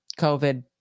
COVID